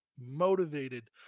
motivated